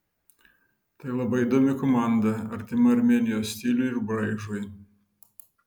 tai labai įdomi komanda artima armėnijos stiliui ir braižui